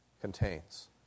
contains